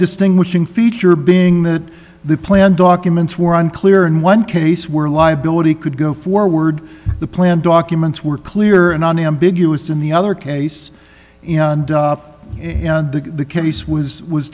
distinguishing feature being that the plan documents were unclear in one case where liability could go forward the plan documents were clear and unambiguous in the other case in the case was was